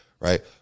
right